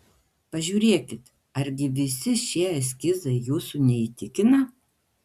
pažiūrėkit argi visi šie eskizai jūsų neįtikina